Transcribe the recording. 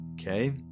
Okay